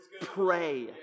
pray